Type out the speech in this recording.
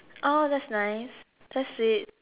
oh that's nice so sweet